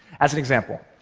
as an example,